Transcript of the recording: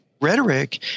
rhetoric